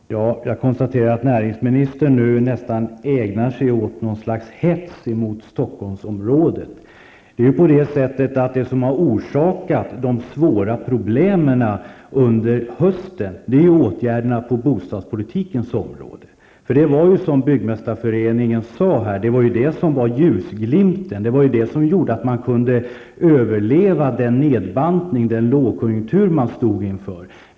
Fru talman! Jag konstaterar att näringsministern nu nästan ägnar sig åt ett slags hets mot Stockholmsområdet. Det som har orsakat de svåra problemen under hösten är åtgärderna på bostadspolitikens område. Det var ju den marknaden som var ljusglimten, som Byggmästareföreningen sade, som kunde överleva den nedbantning och lågkonjunktur man stod inför.